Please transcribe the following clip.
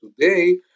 today